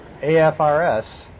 AFRS